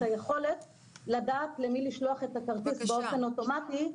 היכולת לדעת למי לשלוח את הכרטיס באופן אוטומטי.